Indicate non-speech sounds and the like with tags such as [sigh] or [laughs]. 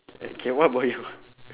okay what about you [laughs]